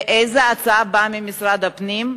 ואיזו הצעה באה ממשרד הפנים?